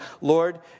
Lord